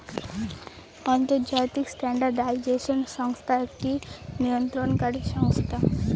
আন্তর্জাতিক স্ট্যান্ডার্ডাইজেশন সংস্থা একটি নিয়ন্ত্রণকারী সংস্থা